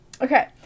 okay